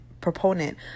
proponent